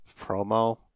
promo